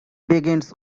begins